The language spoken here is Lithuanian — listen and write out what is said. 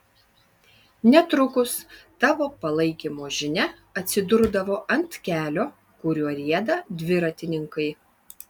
netrukus tavo palaikymo žinia atsidurdavo ant kelio kuriuo rieda dviratininkai